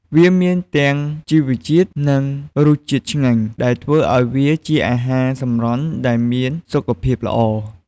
វាមានទាំងជីវជាតិ និងរសជាតិឆ្ងាញ់ ដែលធ្វើឱ្យវាជាអាហារសម្រន់ដែលមានសុខភាពល្អ ។